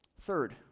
Third